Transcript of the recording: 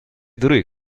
дыры